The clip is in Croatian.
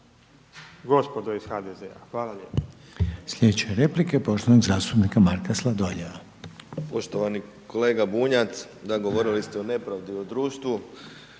gospodo iz HDZ-a. Hvala lijepa.